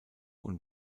und